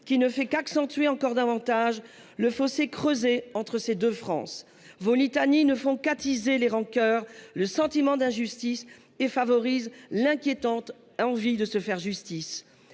qui ne fait qu’accentuer davantage le fossé entre ces deux France. Vos litanies ne font qu’attiser les rancœurs et le sentiment d’injustice, et favorisent l’inquiétante envie de se faire justice.